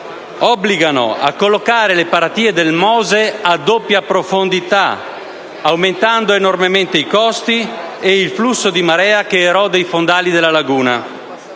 obbligano a collocare le paratie del Mose a doppia profondità, aumentando enormemente i costi e il flusso di marea che erode i fondali della laguna,